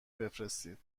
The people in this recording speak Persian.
بفرستید